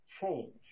change